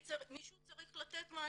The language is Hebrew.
כי מישהו צריך לתת מענה.